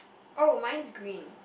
oh mine's green